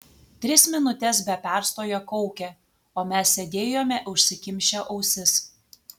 tris minutes be perstojo kaukė o mes sėdėjome užsikimšę ausis